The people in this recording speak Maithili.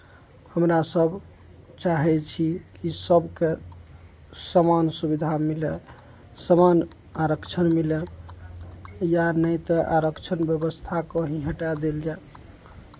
हमरा सभ चाहै छी कि सभकेँ समान सुविधा मिलय समान आरक्षण मिलय या नहि तऽ आरक्षण व्यवस्थाकेँ ही हटा देल जाय